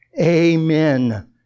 Amen